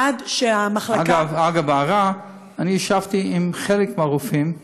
עד שהמחלקה, אגב, הערה: ישבתי עם חלק מהרופאים,